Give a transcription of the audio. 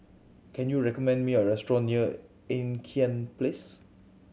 can you recommend me a restaurant near Ean Kiam Place